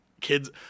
kids